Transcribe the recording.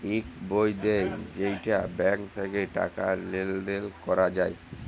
ইক বই দেয় যেইটা ব্যাঙ্ক থাক্যে টাকা লেলদেল ক্যরা যায়